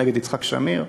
נגד יצחק שמיר.